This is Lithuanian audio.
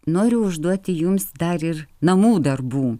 noriu užduoti jums dar ir namų darbų